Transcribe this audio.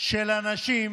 של אנשים